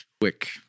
Quick